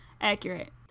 Accurate